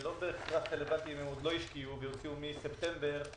לא בהכרח רלוונטי אם הם עוד לא השקיעו והוציאו מספטמבר.